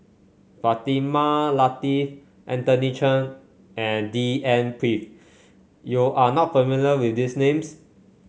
Fatimah Lateef Anthony Chen and D N Pritt you are not familiar with these names